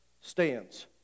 Stands